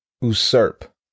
usurp